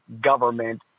government